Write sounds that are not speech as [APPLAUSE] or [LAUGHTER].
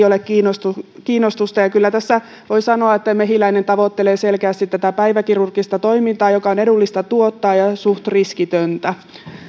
[UNINTELLIGIBLE] ole kiinnostusta kyllä tässä voi sanoa että mehiläinen tavoittelee selkeästi tätä päiväkirurgista toimintaa joka on edullista tuottaa ja suht riskitöntä